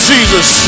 Jesus